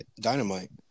Dynamite